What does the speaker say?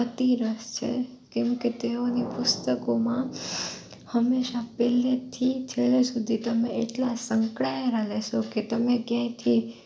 અતિ રસ છે કેમકે તેઓની પુસ્તકોમાં હંમેશા પહેલેથી છેલ્લે સુધી તમે એટલા સંકળાએલા રહેશો કે તમે ક્યાંયથી